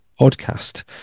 podcast